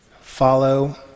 Follow